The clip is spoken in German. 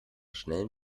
schnellen